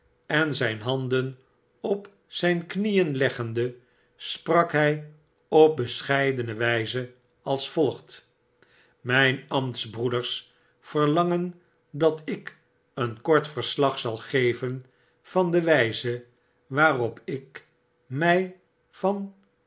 en zijn handen op zfln knieen leggende sprak hjj op bescheidene wijze als volgt mfln ambtsbroeders verlangen dat ik een kort verslag zal geven van de wjgze waarop ik mij van